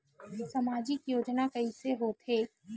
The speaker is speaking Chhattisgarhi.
सामजिक योजना कइसे होथे?